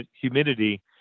humidity